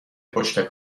پشت